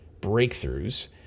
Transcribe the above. breakthroughs